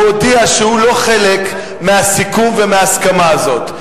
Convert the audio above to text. הוא הודיע שהוא לא חלק מהסיכום וההסכמה הזאת.